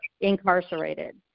incarcerated